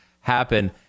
happen